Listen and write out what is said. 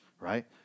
Right